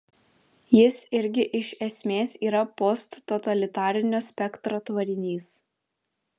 jis irgi iš esmės yra posttotalitarinio spektro tvarinys